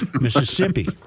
Mississippi